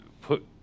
put